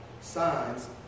signs